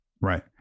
Right